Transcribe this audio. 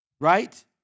right